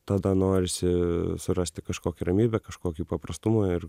tada norisi surasti kažkokią ramybę kažkokį paprastumą ir